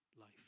life